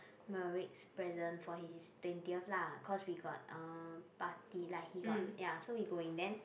Meric's present for his twentieth lah cause we got uh party like he got ya so we going then